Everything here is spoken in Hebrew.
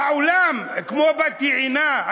העולם, כמו בת-יענה.